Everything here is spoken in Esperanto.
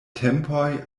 tempoj